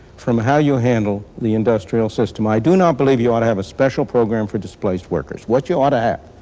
from how you handle the industrial system. i do not believe you ought to have a special program for displaced workers. what you ought to have,